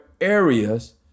areas